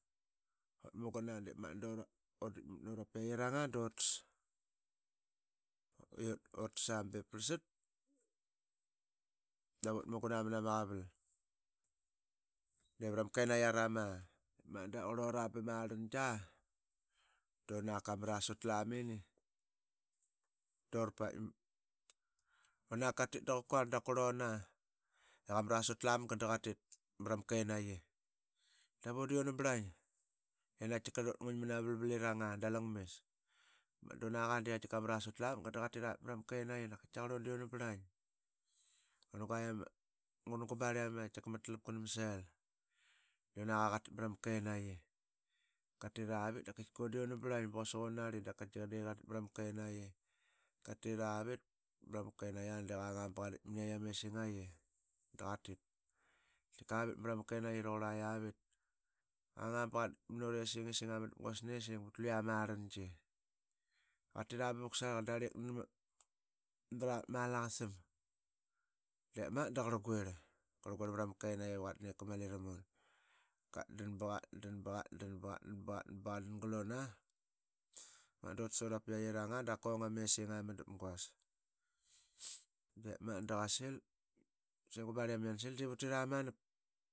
Ut muguna dep magat durditkmat nura piairanga dotas i yut utasa be parlsat davut muguna mnama qaval de vrama kenaiyi arama de magat dama rlangia. Donaq qamara sutlamini dura paitmat unak qatitdaqaqurl qamra sutlamqa da qatit mrama kenaiyi davan de unabrlaing ina qaitika lirut nguing mnama vlvaliranga dalangmis Dep magat dunaqa qamra sutlamga da qatiravit mrama kenaiyi davan diuna braing ima. ngungu iama barliam ma Tlap qanama selka. Unaqa qatit mrama kenaiqi qatiravit daviun de unabraing quasik unanari da qaitika qatit mrama kenaiqi. Qatiravit mrama kenaiyia de qadittk mniayaitk ama esingaqi. qaitkik avit tarqurla mrama kenaiqi qanga ba qa ditk mnura esingisang ama dapguas nesing pat luia ama rlngi. Qatira ba vuksaqa darlik nlura vatma Alaqasam. dep magat da qarlguirl mrama kenaiqi i qatdan i Kamali ramun. Qatdan baqatdan. baqatdan. baqatdan. baqatdan. baqatdan. baqatdan gluna dutas ura piyatirang da quong ama esingisangamadapguas. Bep magat da qasil. gubarliam yansil diip urapaitmaramanap.